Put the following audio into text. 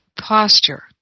posture